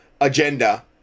agenda